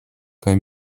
kaj